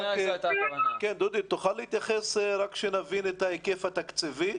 מערכת חינוך ציבורית שתינתן באופן המקצועי ביותר,